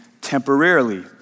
temporarily